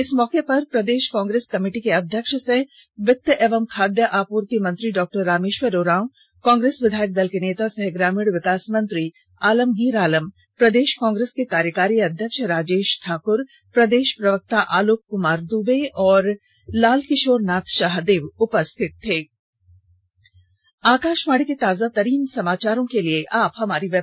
इस मौके पर प्रदेश कांग्रेस कमेटी के अध्यक्ष सह वित्त एवं खाद्य आपूर्ति मंत्री डॉ रामेश्वर उराव कांग्रेस विधायक दल के नेता सह ग्रामीण विकास मंत्री आलमगीर आलम प्रदेश कांग्रेस के कार्यकारी अध्यक्ष राजेश ठाक्र प्रदेश प्रवक्ता आलोक कुमार दूबे और लाल किशोर नाथ शाहदेव उपस्थित थे